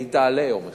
והיא תעלה יום אחד,